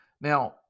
Now